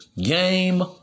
Game